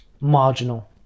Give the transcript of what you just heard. marginal